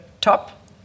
top